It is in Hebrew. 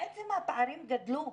בעצם הפערים גדלו,